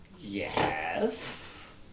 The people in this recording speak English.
Yes